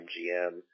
MGM